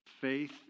faith